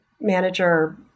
manager